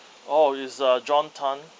oh is uh john tan